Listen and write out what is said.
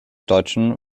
deutschen